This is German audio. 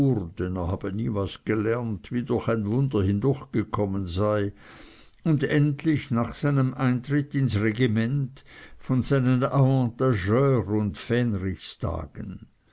habe nie was gelernt wie durch ein wunder hindurchgekommen sei und endlich nach seinem eintritt ins regiment von seinen avantageur und fähnrichstagen